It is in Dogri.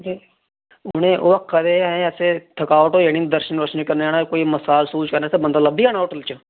उ'नें ओह् आक्खा दे हे असें थकावट होई जानी दर्शन दुर्शन करन जाना कोई मसाज मसूज करने आस्तै बंदा लब्भी जाना होटल च